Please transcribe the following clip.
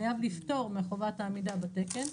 חייב לפטור מחובת העמידה בתקן,